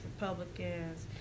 Republicans